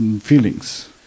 feelings